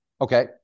Okay